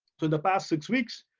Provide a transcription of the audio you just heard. for the past six weeks,